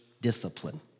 discipline